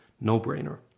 No-brainer